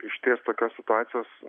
išties tokios situacijos